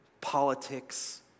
politics